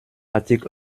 article